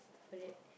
for it